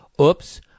oops